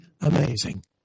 amazing